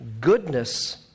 goodness